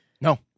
No